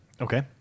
Okay